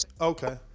Okay